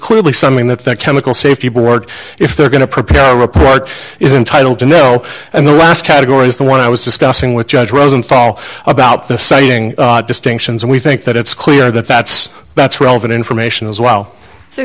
clearly something that the chemical safety board if they're going to prepare a report is entitled to know and the last category is the one i was discussing with judge rosenthal about the sighting distinctions and we think that it's clear that that's that's relevant information as well so